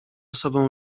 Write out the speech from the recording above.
sobą